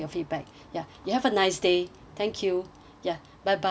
you have a nice day thank you ya bye bye